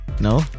No